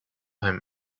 him